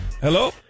Hello